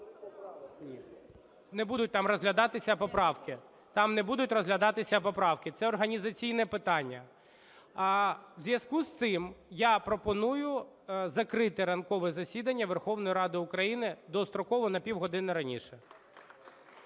не будуть розглядатися поправки. Це організаційне питання. В зв'язку з цим я пропоную закрити ранкове засідання Верховної Ради України достроково, на півгодини раніше.